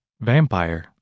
Vampire